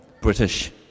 British